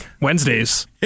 Wednesdays